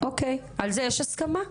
על זה יש הסכמה?